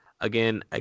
Again